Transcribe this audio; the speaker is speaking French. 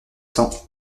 cents